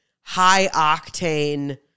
high-octane